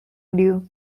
duo